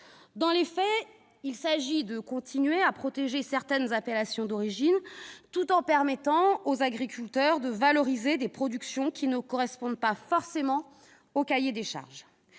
Dans les faits, il s'agit de continuer à protéger certaines appellations d'origine, tout en permettant aux agriculteurs de valoriser des productions qui ne correspondent pas forcément aux cahiers des charges.